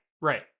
right